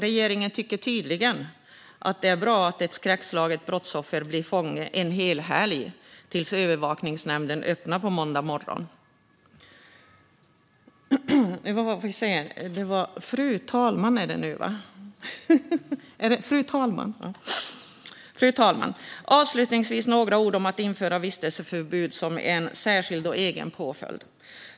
Regeringen tycker tydligen att det är bra att ett skräckslaget brottsoffer blir fånge en hel helg tills övervakningsnämnden öppnar på måndag morgon. Fru talman! Avslutningsvis vill jag säga några ord om att införa vistelseförbud som en särskild och egen påföljd.